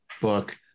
book